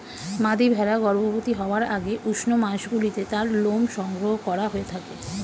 মাদী ভেড়া গর্ভবতী হওয়ার আগে উষ্ণ মাসগুলিতে তার লোম সংগ্রহ করা হয়ে থাকে